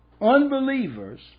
Unbelievers